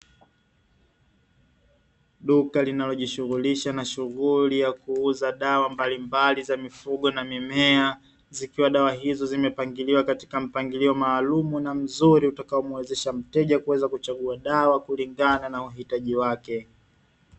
Duka linalo jishuhulisha na shuhuli ya kuuza dawa mbalimbali za mifugo na mimea, zikiwa dawa hizo zimepangiliwa katika mpangilio maalumu na mzuri utakao muwezesha mteja kuweza kuchagua dawa kulingana na uhitaji wake.